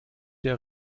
der